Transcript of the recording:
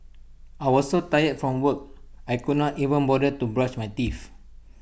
I was so tired from work I could not even bother to brush my teeth